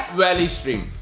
valley stream.